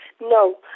No